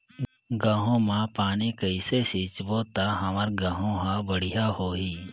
गहूं म पानी कइसे सिंचबो ता हमर गहूं हर बढ़िया होही?